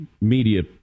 media